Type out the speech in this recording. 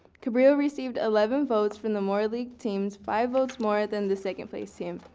cabrillo received eleven votes for the moore league team. five votes more than the second place team.